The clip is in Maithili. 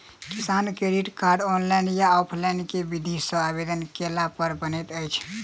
किसान क्रेडिट कार्ड, ऑनलाइन या ऑफलाइन केँ विधि सँ आवेदन कैला पर बनैत अछि?